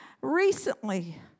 Recently